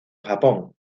japón